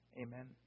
Amen